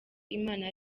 imana